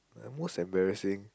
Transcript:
my most embarrassing